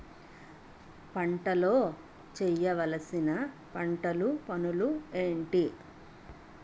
పంటలో చేయవలసిన పంటలు పనులు ఏంటి?